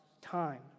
time